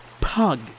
pug